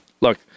look